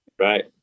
Right